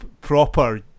proper